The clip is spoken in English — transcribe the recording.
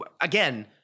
again